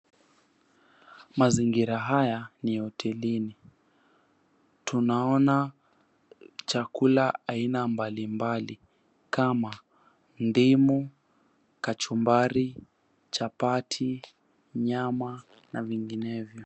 Mazingira haya ni hotelini, tunaona chakula aina mbalimbali kama ndimu, kachumbari, chapati, nyama na vinginevyo.